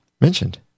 mentioned